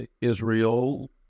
Israel